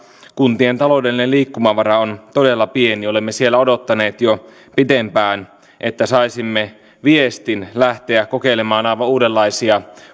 kuntien taloudellinen liikkumavara on todella pieni olemme siellä odottaneet jo pitempään että saisimme viestin lähteä kokeilemaan aivan uudenlaisia